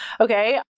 Okay